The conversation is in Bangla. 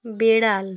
বেড়াল